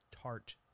tart